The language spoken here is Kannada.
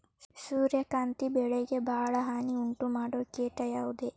ಸೂರ್ಯಕಾಂತಿ ಬೆಳೆಗೆ ಭಾಳ ಹಾನಿ ಉಂಟು ಮಾಡೋ ಕೇಟ ಯಾವುದ್ರೇ?